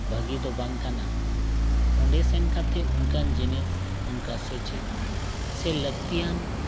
ᱵᱷᱟᱜᱮ ᱫᱚ ᱵᱟᱝ ᱠᱟᱱᱟ ᱚᱸᱰᱮ ᱥᱮᱱ ᱠᱟᱛᱮᱫ ᱚᱱᱠᱟᱱ ᱡᱤᱱᱤᱥ ᱚᱱᱠᱟ ᱥᱮᱪᱮᱫ ᱥᱮ ᱞᱟᱹᱠᱛᱤᱭᱟᱱ